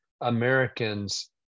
Americans